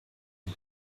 ihm